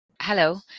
Hello